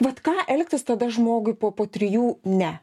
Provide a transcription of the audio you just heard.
vat ką elgtis tada žmogui po po trijų ne